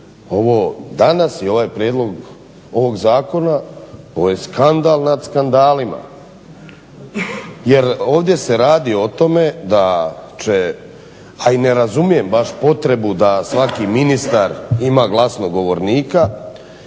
ovo danas i ovaj prijedlog ovog zakona ovo je skandal nad skandalima jer ovdje se radi o tome da će a i ne razumijem baš potrebu da svaki ministar ima glasnogovornika